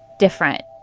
different